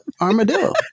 armadillo